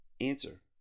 Answer